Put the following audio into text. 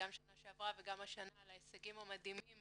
גם השנה שעברה וגם השנה על ההישגים המדהימים